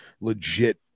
legit